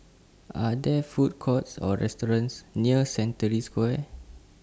Are There Food Courts Or restaurants near Century Square